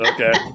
Okay